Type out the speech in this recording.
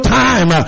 time